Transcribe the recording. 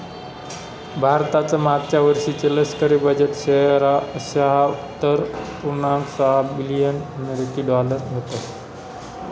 भारताचं मागच्या वर्षीचे लष्करी बजेट शहात्तर पुर्णांक सहा बिलियन अमेरिकी डॉलर होतं